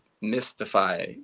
mystify